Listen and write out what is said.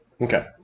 okay